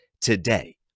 today